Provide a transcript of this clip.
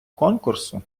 конкурсу